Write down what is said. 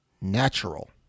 natural